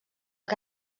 que